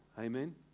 Amen